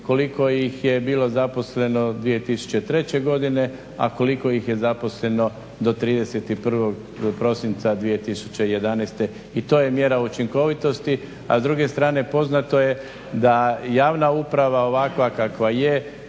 koliko ih je bilo zaposleno 2003. a koliko ih je zaposleno do 31.prosinca 2011. i to je mjera učinkovitosti. A s druge strane poznato je da javna uprava ovakva kakva je,